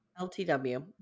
LTW